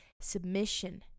Submission